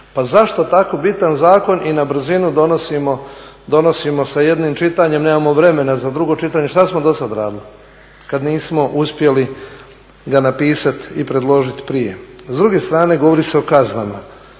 Pa zašto tako bitan zakon i na brinu donosimo sa jednim čitanje, nemamo vremena za drugo čitanje, šta samo dosad radili kad nismo uspjeli ga napisati predložit prije? S druge strane, govori se o kaznama.